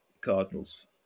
cardinals